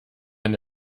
dazu